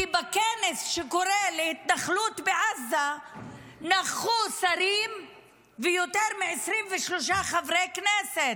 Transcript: כי בכנס שקורא להתנחלות בעזה נכחו שרים ויותר מ-23 חברי כנסת.